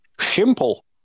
Simple